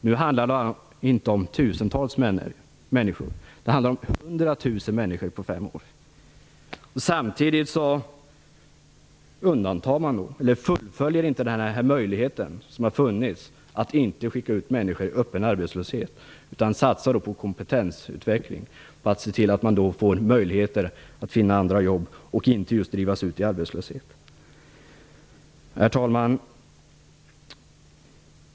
Nu handlar det inte om tusentals människor, utan det handlar om hundratusen människor på fem år. Det har funnits en möjlighet att inte skicka ut människor i öppen arbetslöshet utan att i stället satsa på kompetensutveckling, på att se till att människor får möjligheter att finna andra jobb och inte drivas ut i arbetslöshet. Socialdemokraterna har inte utnyttjat den möjligheten. Herr talman!